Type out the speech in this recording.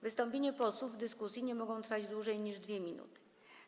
Wystąpienia posłów w dyskusji nie mogą trwać dłużej niż 2 minuty.